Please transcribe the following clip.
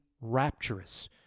rapturous